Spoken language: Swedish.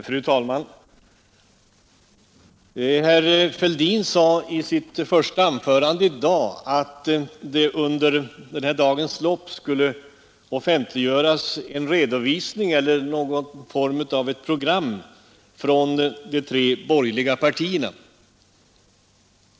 Fru talman! Herr Fälldin upplyste i sitt första anförande i dag att det under dagens lopp skulle offentliggöras någon form av program från de tre borgerliga partierna.